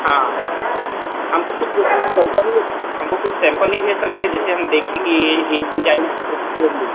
हाँ हमको कुछ सैम्पल मिलेगा हमको कुछ सैम्पल नहीं भेज सकते जिससे हम देखें कि एक डिजाइन सेम डिजाइन